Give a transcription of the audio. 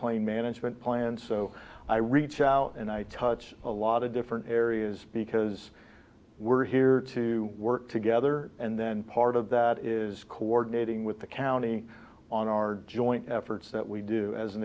plain management plan so i reach out and i touch a lot of different areas because we're here to work together and then part of that is coordinating with the county on our joint efforts that we do as an